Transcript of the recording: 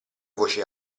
voce